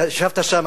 ישבת שם,